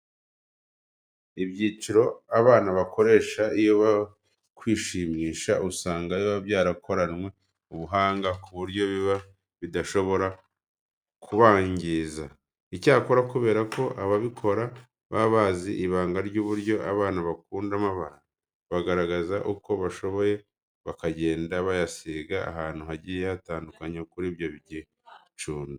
Ibyicungo abana bakoresha iyo bari kwishimisha usanga biba byarakoranwe ubuhanga ku buryo biba bidashobora kubangiza. Icyakora kubera ko ababikora baba bazi ibanga ry'uburyo abana bakunda amabara, bagerageza uko bashoboye bakagenda bayasiga ahantu hagiye hatandukanye kuri ibyo byicungo.